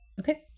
okay